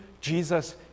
Jesus